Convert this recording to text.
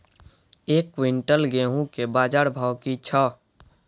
एक क्विंटल गेहूँ के बाजार भाव की छ?